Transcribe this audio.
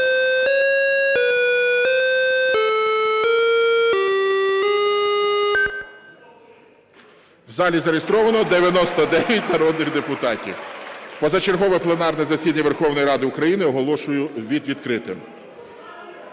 В залі зареєстровано 99 народних депутатів. Позачергове пленарне засідання Верховної Ради України оголошую відкритим.